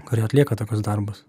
kuri atlieka tokius darbus